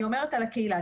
אני אומרת על הקהילה.